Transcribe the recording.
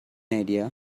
idea